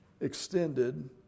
extended